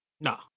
No